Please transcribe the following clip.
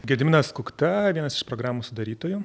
gediminas kukta vienas iš programos sudarytojų